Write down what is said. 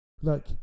Look